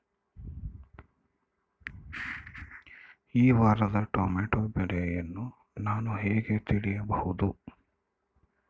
ಈ ವಾರದ ಟೊಮೆಟೊ ಬೆಲೆಯನ್ನು ನಾನು ಹೇಗೆ ತಿಳಿಯಬಹುದು?